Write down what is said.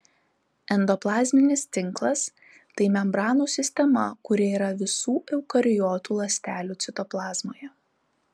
endoplazminis tinklas tai membranų sistema kuri yra visų eukariotų ląstelių citoplazmoje